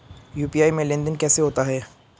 UPI में लेनदेन कैसे होता है?